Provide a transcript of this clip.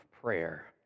prayer